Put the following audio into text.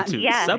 yeah, so